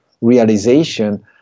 realization